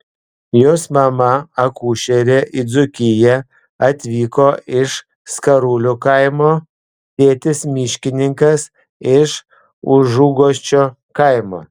jos mama akušerė į dzūkiją atvyko iš skarulių kaimo tėtis miškininkas iš užuguosčio kaimo